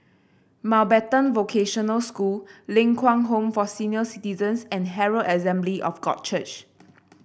Mountbatten Vocational School Ling Kwang Home for Senior Citizens and Herald Assembly of God Church